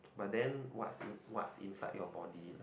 but then what's what's inside your body